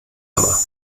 aber